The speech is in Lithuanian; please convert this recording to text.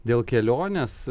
dėl kelionės